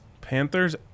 Panthers